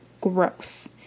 gross